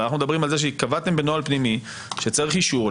אבל אנחנו מדברים על זה שקבעתם בנוהל פנימי שצריך אישור,